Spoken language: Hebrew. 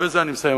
ובזה אני מסיים,